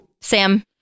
Sam